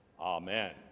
Amen